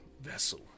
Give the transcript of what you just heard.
vessel